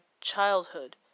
childhood